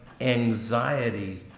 anxiety